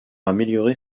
améliorer